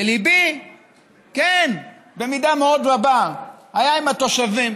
וליבי, כן, במידה מאוד רבה, היה עם התושבים,